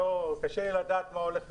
קשה לי לדעת מה עומד להיות,